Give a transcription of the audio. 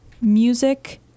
Music